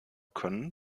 können